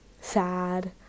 sad